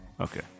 Okay